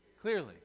clearly